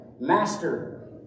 Master